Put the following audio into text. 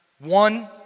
one